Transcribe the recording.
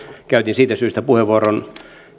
käytin siitä syystä puheenvuoron